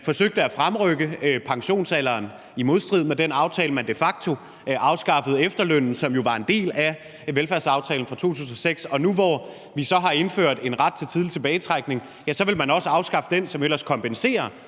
forsøgte at fremrykke pensionsalderen i modstrid med den aftale. Man afskaffede de facto efterlønnen, som jo var en del af velfærdsaftalen fra 2006. Og nu, hvor vi så har indført en ret til tidlig tilbagetrækning, så vil man også afskaffe den, som ellers kompenserer